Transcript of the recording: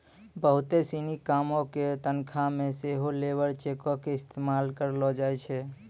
बहुते सिनी कामो के तनखा मे सेहो लेबर चेको के इस्तेमाल करलो जाय छै